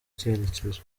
cyerekezo